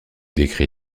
décrit